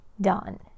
done